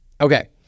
Okay